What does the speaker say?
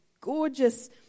gorgeous